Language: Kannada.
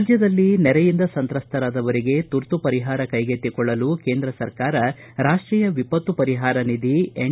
ರಾಜ್ಞದಲ್ಲಿ ನೆರೆಯಿಂದ ಸಂತ್ರಸ್ತರಾದವರಿಗೆ ತುರ್ತು ಪರಿಹಾರ ಕೈಗೆತ್ತಿಕೊಳ್ಳಲು ಕೇಂದ್ರ ಸರ್ಕಾರ ರಾಷ್ಟೀಯ ವಿಪತ್ತು ಪರಿಹಾರ ನಿಧಿ ಎನ್